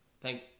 thank